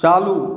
चालू